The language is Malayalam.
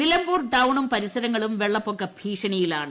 നിലമ്പൂർ ടൌണും പരിസരങ്ങളിലും വെള്ളപ്പൊക്ക ഭീഷണിയിലാണ്